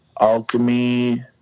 alchemy